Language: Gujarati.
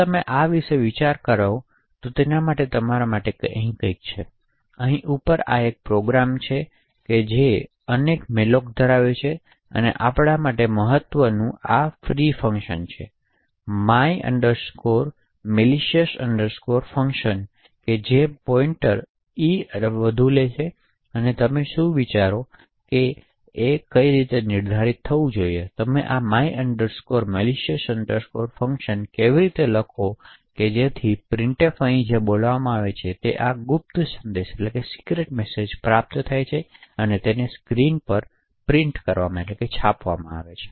હવે આ તમે વિશે વિચારો માટે કંઈક છે તેથી અહીં ઉપર આપણે એક પ્રોગ્રામ છે કે જે અનેકધરાવે છે malloc અને આપણા માટે મહત્વનું મુક્તઆ કાર્યછે my malicious function જે પોઇન્ટર ઈ વધુ લે તમે શું વિચારો જરૂરવિશે તે નિર્ધારિત કરવું છે કે તમે આ my malicious function કેવી રીતે લખો છો જેથી જ્યારે પ્રિંટફ અહીં બોલાવવામાં આવે ત્યારે આ ગુપ્ત સંદેશ પ્રાપ્ત થાય છે જે સ્ક્રીન પર છાપવામાં આવે છે